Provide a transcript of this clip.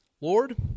Lord